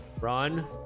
run